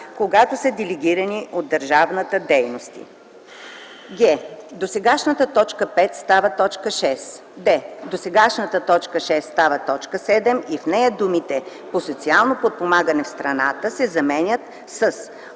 когато са делегирани от държавата дейности;” г) досегашната т. 5 става т. 6; д) досегашната т. 6 става т. 7 и в нея думите „по социално подпомагане в страната” се заменят с